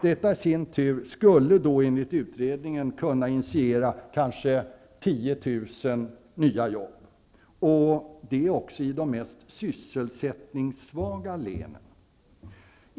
Detta i sin tur skulle enligt utredningen kunna initiera kanske 10 000 nya jobb, och det också i de mest sysselsättningssvaga länen.